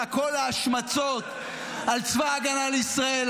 ------- כל ההשמצות על צבא ההגנה לישראל,